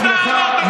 סליחה,